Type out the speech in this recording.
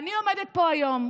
ואני עומדת פה היום,